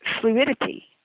fluidity